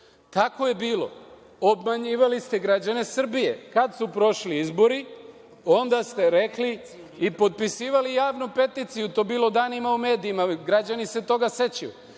Kako je bilo. Obmanjivali ste građane Srbije. Kad su prošli izbori onda ste rekli i potpisivali javnu peticiju, to je bilo danima u medijima, građani se toga sećaju.